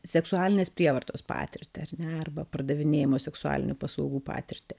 seksualinės prievartos patirtį ar ne arba pardavinėjamų seksualinių paslaugų patirtį